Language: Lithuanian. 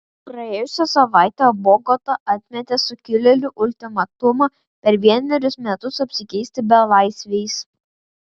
praėjusią savaitę bogota atmetė sukilėlių ultimatumą per vienerius metus apsikeisti belaisviais